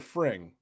Fring